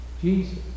Jesus